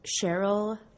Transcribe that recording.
Cheryl